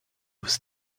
was